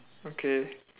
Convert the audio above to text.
okay